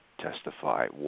testify